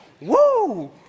Woo